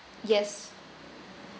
yes